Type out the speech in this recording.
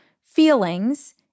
feelings